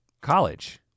College